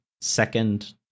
second